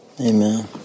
Amen